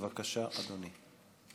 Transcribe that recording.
בבקשה, אדוני.